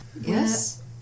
Yes